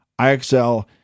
IXL